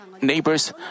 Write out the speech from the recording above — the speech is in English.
neighbors